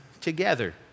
together